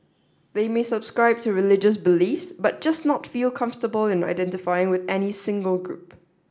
they may subscribe to religious beliefs but just not feel comfortable in identifying with any single group